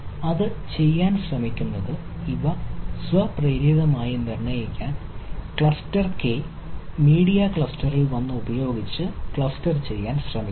അത് ചെയ്യാൻ ശ്രമിക്കുന്നത് ഇവ സ്വപ്രേരിതമായി നിർണ്ണയിക്കാൻ ക്ലസ്റ്റർ കെ മീഡിയ ക്ലസ്റ്ററിൽ വന്നത് ഉപയോഗിച്ച് ക്ലസ്റ്റർ ചെയ്യാൻ ശ്രമിക്കുന്നു